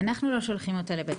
אנחנו לא שולחים אותה לבית חולים,